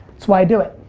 it's why i do it.